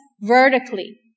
vertically